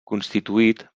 constituït